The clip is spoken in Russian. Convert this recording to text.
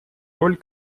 роль